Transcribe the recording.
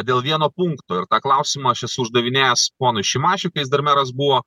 dėl vieno punkto ir tą klausimą aš esu uždavinėjęs ponui šimašiui kai jis dar meras buvo